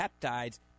peptides